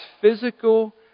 physical